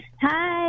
Hi